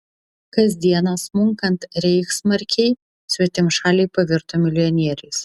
kasdieną smunkant reichsmarkei svetimšaliai pavirto milijonieriais